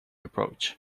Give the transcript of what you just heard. approach